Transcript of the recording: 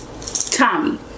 Tommy